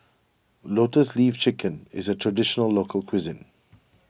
Lotus Leaf Chicken is a Traditional Local Cuisine